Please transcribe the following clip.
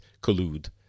collude